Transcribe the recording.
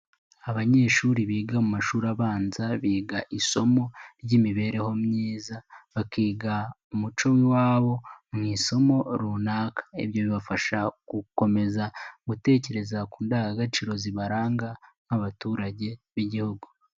Abanyeshuri biga mu mashuri abanza biga isomo ry'imibereho myiza. Bakiga umuco w'iwabo mu isomo runaka. Ibyo bibafasha gukomeza gutekereza ku ndangagaciro zibaranga nk'abaturage b'Igihugu.